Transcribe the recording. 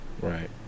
Right